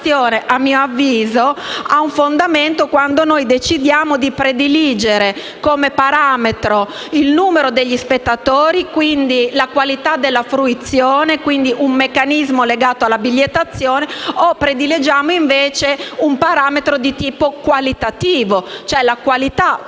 osservazione, a mio avviso, ha fondamento quando decidiamo di prediligere, come parametro, il numero degli spettatori - quindi la quantità della fruizione, un meccanismo legato alla bigliettazione - piuttosto che un parametro di tipo qualitativo, cioè la qualità culturale